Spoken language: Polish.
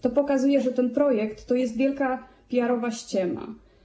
To pokazuje, że ten projekt to jest wielka PR-owa ściema.